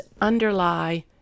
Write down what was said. underlie